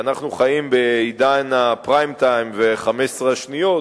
כי אנחנו חיים בעידן הפריים-טיים ו-15 השניות,